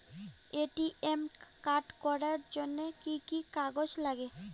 ATM card করির জন্যে কি কি কাগজ নাগে?